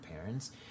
parents